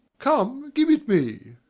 come, give it me.